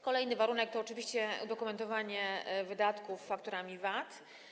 Kolejny warunek to oczywiście udokumentowanie wydatków fakturami VAT.